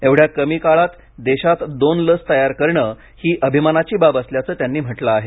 एवढ्या कमी काळात देशात दोन लस तयार करणे ही अभिमानाची बाब असल्याचं त्यांनी म्हटलं आहे